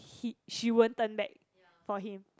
he she won't turn back for him